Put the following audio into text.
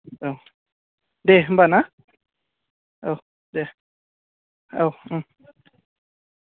औ दे होमबा ना औ दे औ उम